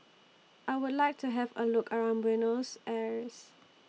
I Would like to Have A Look around Buenos Aires